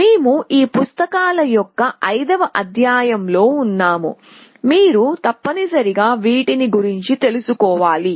మేము ఈ పుస్తకాల యొక్క 5వ అధ్యాయంలో ఉన్నాము మీరు తప్పనిసరిగా వీటిని గురించి తెలుసుకోవాలి